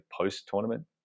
post-tournament